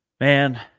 Man